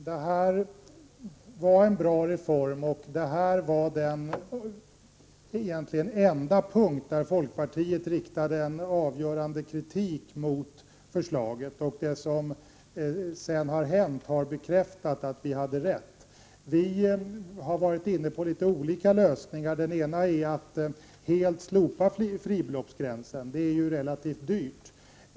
Herr talman! Den genomförda studiemedelsreformen är bra. Den punkt som jag här har berört var den enda punkt där folkpartiet riktade avgörande kritik mot reformförslaget. Det som därefter har hänt bekräftar att vi hade rätt. Vi i folkpartiet har diskuterat olika lösningar, av vilka den ena är att helt slopa fribeloppsgränsen. Men det blir relativt dyrt.